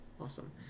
awesome